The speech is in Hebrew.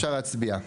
נצביע בלעדיו.